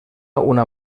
una